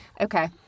Okay